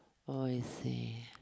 oh I see